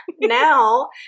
now